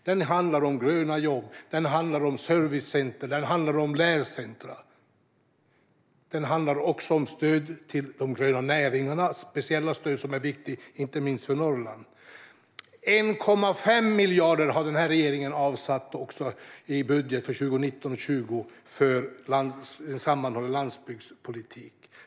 Den handlar om gröna jobb, servicecenter och länscenter. Den handlar också om stöd till de gröna näringarna, vilket är speciella stöd som är viktiga inte minst för Norrland. Regeringen har även avsatt 1,5 miljarder i budgeterna för 2019 och 2020 för en sammanhållen landsbygdspolitik.